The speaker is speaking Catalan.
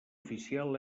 oficial